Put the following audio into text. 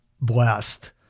blessed